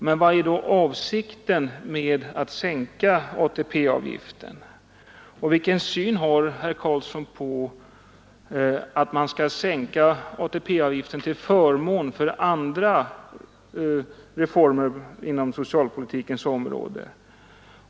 Men vad är då avsikten med att sänka ATP-avgiften, och vilken syn har herr Karlsson på att sänka ATP-avgiften till förmån för andra reformer inom socialpolitikens område?